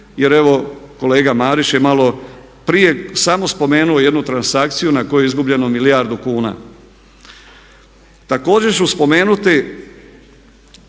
jer evo kolega Marić je malo prije samo spomenuo jednu transakciju na koju je izgubljeno milijardu kuna. Također ću spomenuti